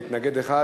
מתנגד אחד